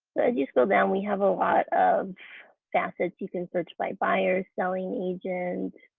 you scroll down we have a lot of facets. you can search by buyers, selling agent,